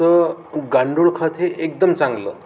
तर गांडूळ खत हे एकदम चांगलं